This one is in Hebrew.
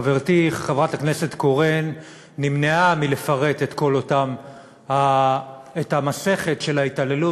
חברתי חברת הכנסת קורן נמנעה מלפרט את מסכת ההתעללות.